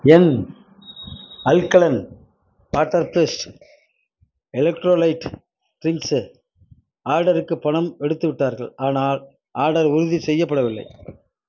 என் alkaline water based electrolyte drinks ஆர்டருக்கு பணம் எடுத்துவிட்டார்கள் ஆனால் ஆர்டர் உறுதி செய்யப்படவில்லை